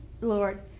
lord